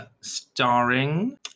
starring